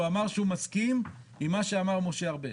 הוא אמר שהוא מסכים עם מה שאמר משה ארבל.